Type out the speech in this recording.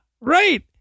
right